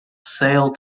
sailed